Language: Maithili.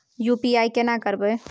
यु.पी.आई केना करबे?